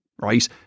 right